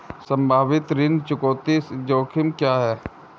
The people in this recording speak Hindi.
संभावित ऋण चुकौती जोखिम क्या हैं?